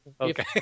Okay